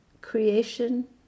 creation